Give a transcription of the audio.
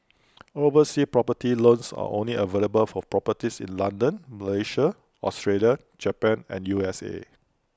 overseas property loans are only available for properties in London Malaysia Australia Japan and U S A